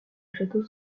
château